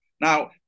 Now